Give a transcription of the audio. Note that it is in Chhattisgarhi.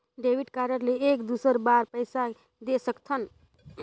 डेबिट कारड ले एक दुसर बार पइसा दे सकथन?